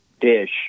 dish